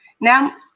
Now